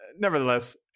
nevertheless